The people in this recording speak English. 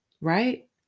Right